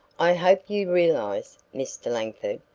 i hope you realize, mr. langford,